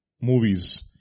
movies